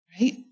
right